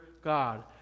God